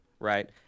right